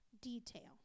detail